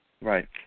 Right